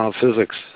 physics